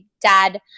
dad